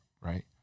Right